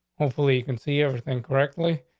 hopefully, you can see everything correctly.